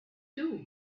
too